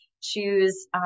choose